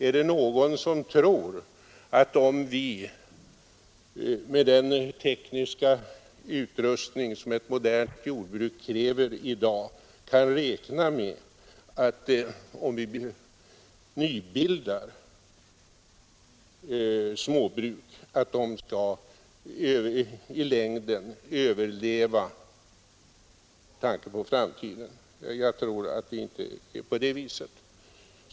Är det någon som tror att vi, med den tekniska utrustning som ett modernt jordbruk kräver i dag, kan räkna med att nybildade småbruk i längden skall kunna överleva? Jag tror inte att så skulle bli fallet.